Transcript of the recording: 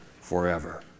forever